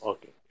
Okay